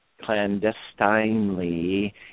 clandestinely